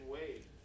Wade